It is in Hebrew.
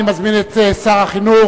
אני מזמין את שר החינוך.